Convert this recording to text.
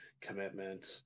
commitment